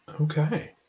Okay